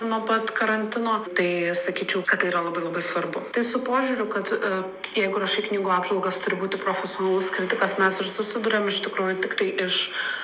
nuo pat karantino tai sakyčiau kad tai yra labai labai svarbu tai su požiūriu kad jeigu rašai knygų apžvalgas turi būti profesionalus kritikas mes ir susiduriam iš tikrųjų tiktai iš